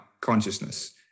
consciousness